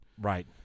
Right